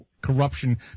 corruption